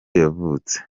yavutse